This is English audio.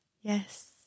Yes